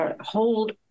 hold